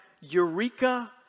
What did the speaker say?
eureka